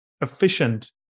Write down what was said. efficient